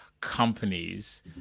companies